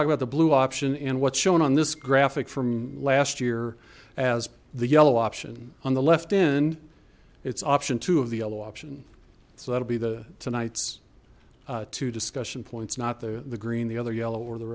talk about the blue option and what's shown on this graphic from last year as the yellow option on the left end it's option two of the yellow option so that'll be the tonight's two discussion points not the the green the other yellow or the